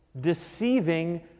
Deceiving